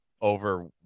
over